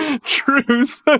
Truth